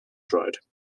dried